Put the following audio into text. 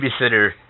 babysitter